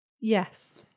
Yes